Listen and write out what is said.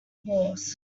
horse